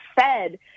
fed